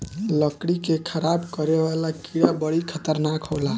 लकड़ी के खराब करे वाला कीड़ा बड़ी खतरनाक होला